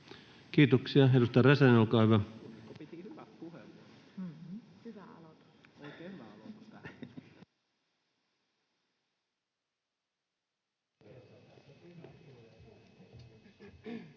Kiitoksia. — Edustaja Räsänen, olkaa hyvä.